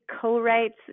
co-writes